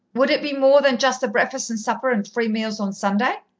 would it be more than just the breakfast and supper, and three meals on sunday?